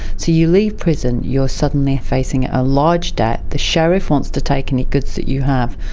so you leave prison, you are suddenly facing a large debt. the sheriff wants to take any goods that you have.